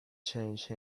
change